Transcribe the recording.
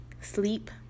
Sleep